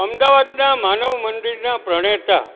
અમદાવાદનાં માનવ મંદિરના પ્રણેતા